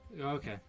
Okay